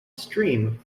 stream